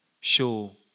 show